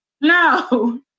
no